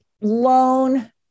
loan